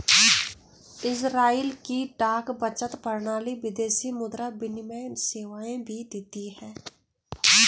Israel की डाक बचत प्रणाली विदेशी मुद्रा विनिमय सेवाएं भी देती है